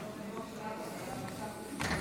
כי הונחה היום על שולחן הכנסת,